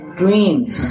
dreams